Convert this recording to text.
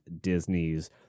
Disney's